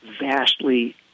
vastly